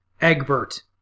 egbert